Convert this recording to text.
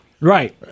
Right